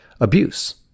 abuse